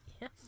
Yes